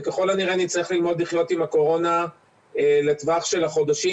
וככל הנראה נצטרך ללמוד לחיות עם הקורונה לטווח של החודשים,